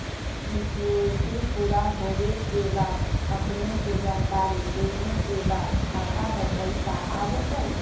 Maturity पुरा होवे के बाद अपने के जानकारी देने के बाद खाता पर पैसा आ जतई?